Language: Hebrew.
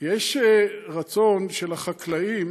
יש רצון של החקלאים